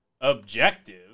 objective